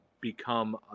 become